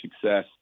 success